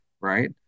right